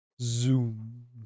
Zoom